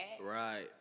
Right